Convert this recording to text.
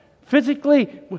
physically